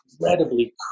incredibly